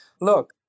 Look